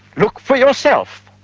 look for yourself.